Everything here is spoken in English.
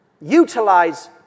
utilize